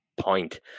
point